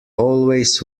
always